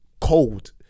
cold